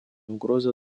угрозой